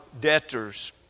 debtors